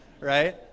right